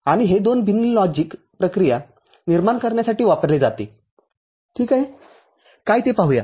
आणि हे दोन भिन्न लॉजिक प्रक्रिया निर्माण करण्यासाठी वापरले जाते ठीक आहे काय ते पाहूया